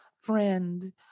Friend